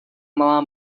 malá